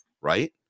Right